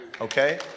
Okay